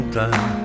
time